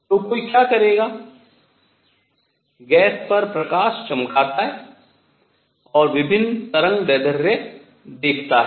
तो कोई क्या करेगा गैस पर प्रकाश चमकाता है और विभिन्न तरंगदैर्ध्य देखता है